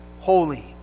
holy